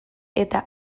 eta